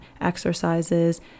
exercises